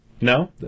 No